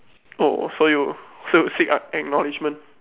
orh so you so you seek ack~ acknowledgement